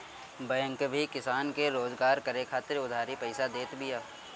bank भी किसान के रोजगार करे खातिर उधारी पईसा देत बिया